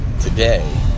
today